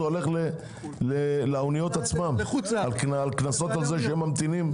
הולך לאוניות עצמן על קנסות על זה שממתינים.